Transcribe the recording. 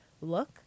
look